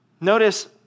Notice